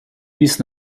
bis